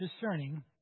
discerning